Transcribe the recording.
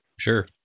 Sure